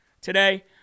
today